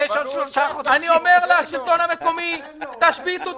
אני אומר לשלטון המקומי: תשביתו.